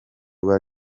rwa